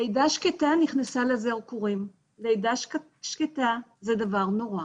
לידה שקטה נכנסה לזרקורים, לידה שקטה זה דבר נורא